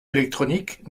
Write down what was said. électroniques